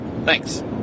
Thanks